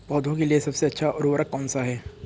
पौधों के लिए सबसे अच्छा उर्वरक कौनसा हैं?